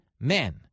men